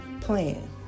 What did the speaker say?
plan